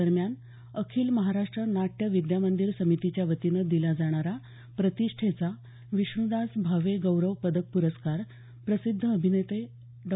दरम्यान अखिल महाराष्ट्र नाट्य विद्यामंदिर समितीच्यावतीनं दिला जाणारा प्रतिष्ठेचा विष्णुदास भावे गौरव पदक पुरस्कार प्रसिद्ध अभिनेते डॉ